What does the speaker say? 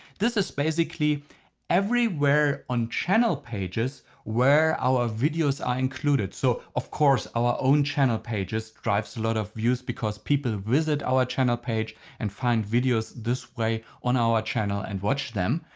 this is basically everywhere on channel pages where our videos are included. so of course our own channel pages drives a lot of views because people visit our channel page and find videos this way on our channel and watch them.